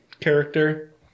character